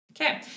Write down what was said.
okay